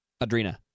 Adrena